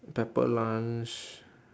pepper lunch